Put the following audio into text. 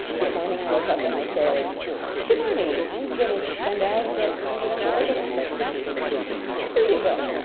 this morning i woke up and i good so morning, i'm gonna send out the presidential oath of office for people to see, here you go,